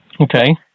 Okay